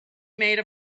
made